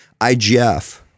IGF